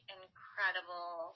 incredible